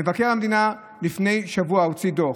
מבקר המדינה לפני שבוע הוציא דוח.